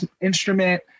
instrument